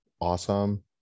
awesome